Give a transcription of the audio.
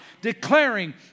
declaring